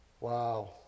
Wow